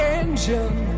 engine